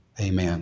Amen